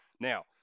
Now